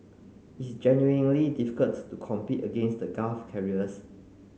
it's genuinely difficult to compete against the Gulf carriers